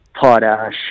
potash